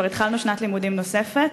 וכבר התחלנו שנת לימודים נוספת.